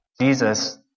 Jesus